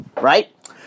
right